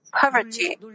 poverty